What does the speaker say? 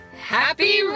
happy